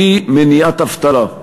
והיא מניעת אבטלה.